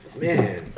man